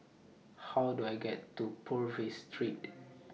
How Do I get to Purvis Street